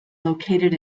located